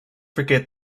forget